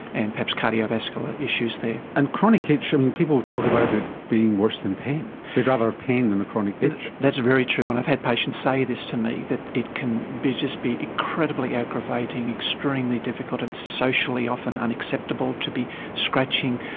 and perhaps cardiovascular issues there. and chronic itch, i mean, people talk about it being worse than pain, they'd rather pain than a chronic itch. that's very true, and i've had patients say this to me, that it can be just incredibly aggravating, extremely difficult and socially often unacceptable to be scratching.